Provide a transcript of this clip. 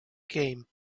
game